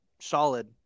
solid